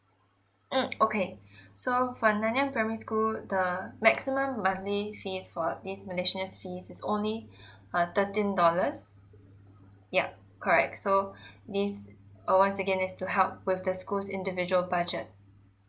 mm okay so for nan yang primary school the maximum monthly fees for this miscellaneous fees is only uh thirteen dollars yeah correct so this is uh once again is to help with the schools individual budget